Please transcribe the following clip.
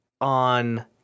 on